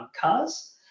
cars